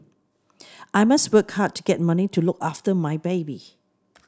I must work hard to get money to look after my baby